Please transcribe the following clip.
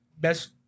best